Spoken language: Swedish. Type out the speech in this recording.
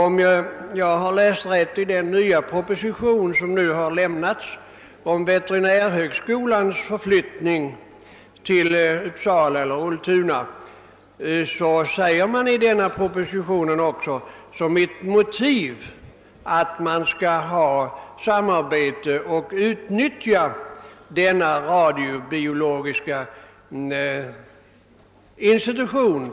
Om jag läst rätt i den nya propositionen om veterinärhögskolans förflyttning till Uppsala eller Ultuna, så anges där som motivering för förslaget den möjlighet som ges att samarbeta med och utnyttja Ultunas radiobiologiska institution.